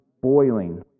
boiling